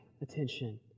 attention